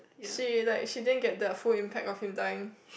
!shit! like she didn't get the full impact of him dying